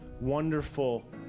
wonderful